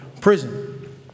prison